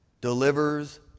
delivers